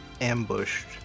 ambushed